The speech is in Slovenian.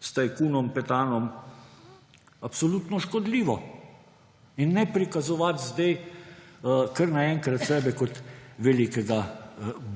s tajkunom Petanom absolutno škodljivo in ne prikazovati zdaj kar naenkrat sebe kot velikega